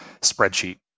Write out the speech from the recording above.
spreadsheet